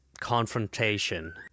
confrontation